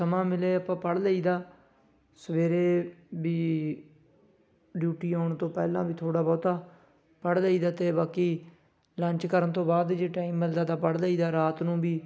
ਸਮਾਂ ਮਿਲੇ ਆਪਾਂ ਪੜ੍ਹ ਲਈਦਾ ਸਵੇਰੇ ਵੀ ਡਿਊਟੀ ਆਉਣ ਤੋਂ ਪਹਿਲਾਂ ਵੀ ਥੋੜ੍ਹਾ ਬਹੁਤਾ ਪੜ੍ਹ ਲਈਦਾ ਅਤੇ ਬਾਕੀ ਲੰਚ ਕਰਨ ਤੋਂ ਬਾਅਦ ਜੇ ਟਾਈਮ ਮਿਲਦਾ ਤਾਂ ਪੜ੍ਹ ਲਈਦਾ ਰਾਤ ਨੂੰ ਵੀ